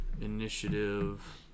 initiative